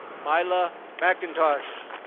myla mackintosh.